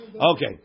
Okay